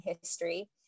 history